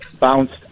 bounced